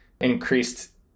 increased